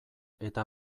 eta